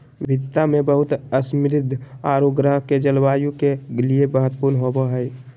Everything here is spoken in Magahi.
विविधता में बहुत समृद्ध औरो ग्रह के जलवायु के लिए महत्वपूर्ण होबो हइ